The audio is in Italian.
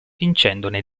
vincendone